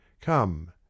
Come